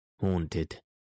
haunted